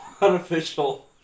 unofficial